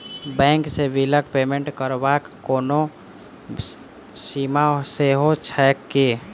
Bank सँ बिलक payment करबाक कोनो सीमा सेहो छैक की?